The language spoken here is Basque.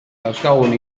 dauzkagun